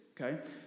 okay